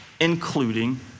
including